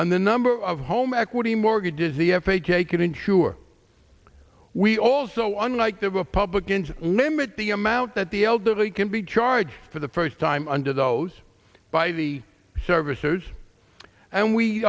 on the number of home equity mortgages the f h a can insure we all so on like the republicans limit the amount that the elderly can be charged for the first time under those by the servicers and we